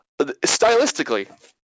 Stylistically